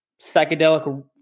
psychedelic